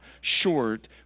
short